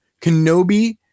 Kenobi